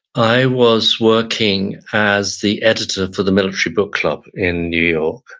i was working as the editor for the military book club in new